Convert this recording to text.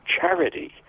charity